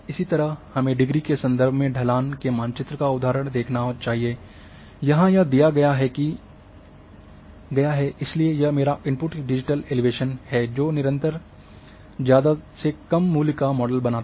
इसी तरह हमें डिग्री के संदर्भ में ढलान के मानचित्र का उदाहरण देखना चाहिए यहाँ यह दिया गया है इसलिए यह मेरा इनपुट डिजिटल एलिवेशन है जो निरंतर ज़्यादा से कम मूल्य का मॉडल बनाता है